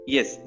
Yes